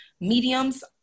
mediums